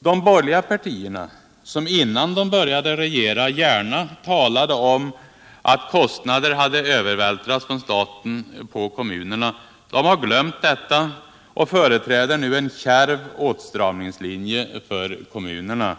De borgerliga partierna som innan de började regera gärna talade om att kostnader hade övervältrats från staten på kommunerna har glömt detta och företräder nu en kärv åtstramningslinje för kommunerna.